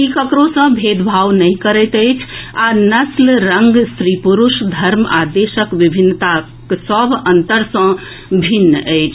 ई ककरो सँ भेदभाव नहि करैत अछि आ नस्ल रंग स्त्री पुरूष धर्म आ देशक विभिन्नताक सभ अंतर सँ भिन्न अछि